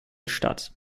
statt